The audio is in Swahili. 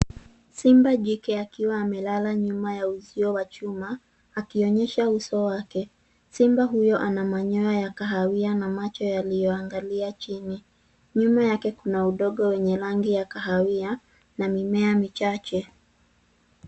Simba jike akiwa amelala nyuma ya uzio wa chuma, akionyesha uso wake. Simba huyo ana manyoya ya kahawia na macho yaliyoangalia chini. Nyuma yake kuna udongo wa kahawia na mimea michache.